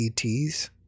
ETs